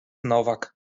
nowak